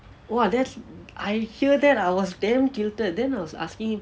!wah! that's I hear that I was damn tilted then I was asking him